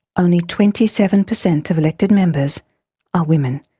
only twenty seven percent of elected members are women,